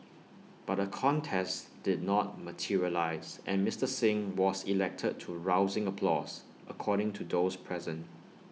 but A contest did not materialise and Mister Singh was elected to rousing applause according to those present